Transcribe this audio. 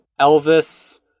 Elvis